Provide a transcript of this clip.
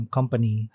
Company